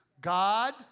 God